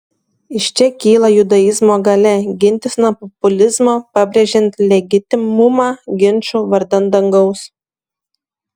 iš čia kyla judaizmo galia gintis nuo populizmo pabrėžiant legitimumą ginčų vardan dangaus